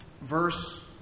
verse